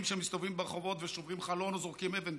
שמסתובבים ברחובות ושוברים חלון או זורקים אבן,